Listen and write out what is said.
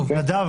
נדב,